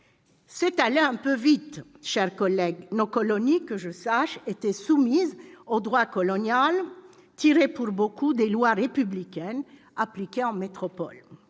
C'est aller un peu vite, chers collègues : nos colonies, que je sache, étaient soumises au droit colonial, tiré pour beaucoup des lois républicaines appliquées en métropole,